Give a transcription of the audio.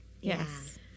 Yes